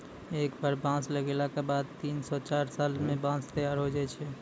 एक बार बांस लगैला के बाद तीन स चार साल मॅ बांंस तैयार होय जाय छै